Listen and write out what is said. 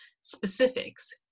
specifics